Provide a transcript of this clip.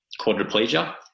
quadriplegia